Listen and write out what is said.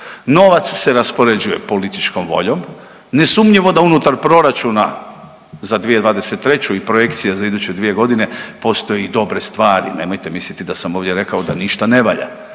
Novac se raspoređuje političkom voljom, nesumnjivo da unutar proračuna za 2023.g. i projekcija za iduće 2.g. postoje i dobre stvari, nemojte misliti da sam ovdje rekao da ništa ne valja,